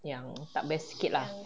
yang tak best sikit lah